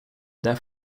det